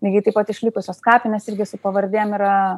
lygiai taip pat išlikusios kapinės irgi su pavardėm yra